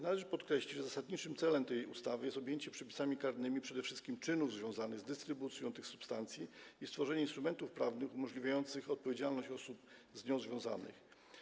Należy podkreślić, że zasadniczym celem tej ustawy jest objęcie przepisami karnymi przede wszystkich czynów związanych z dystrybucją tych substancji i stworzenie instrumentów prawnych umożliwiających pociągnięcie do odpowiedzialności osób z nią związanych.